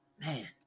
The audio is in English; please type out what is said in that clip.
Man